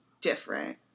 different